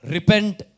Repent